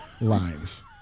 lines